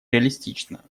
реалистично